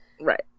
Right